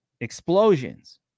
explosions